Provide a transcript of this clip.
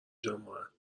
جماعت